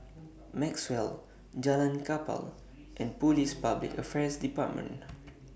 Maxwell Jalan Kapal and Police Public Affairs department